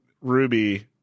Ruby